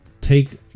take